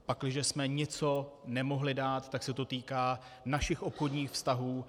Pakliže jsme něco nemohli dát, tak se to týká našich obchodních vztahů.